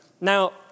Now